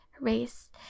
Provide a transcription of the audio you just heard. race